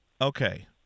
Okay